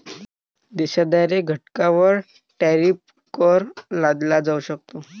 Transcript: देशाद्वारे घटकांवर टॅरिफ कर लादला जाऊ शकतो